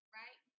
right